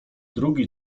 drugi